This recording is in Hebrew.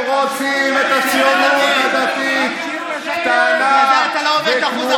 הציונות הדתית לא איתך.